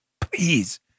Please